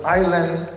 island